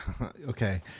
okay